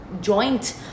joint